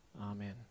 Amen